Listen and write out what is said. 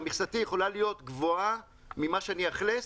שהמכסה יכולה להיות גבוהה ממה שאני אאכלס,